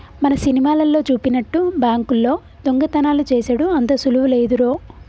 మన సినిమాలల్లో జూపినట్టు బాంకుల్లో దొంగతనాలు జేసెడు అంత సులువు లేదురో